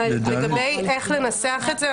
לגבי איך לנסח את זה,